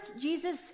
Jesus